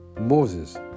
Moses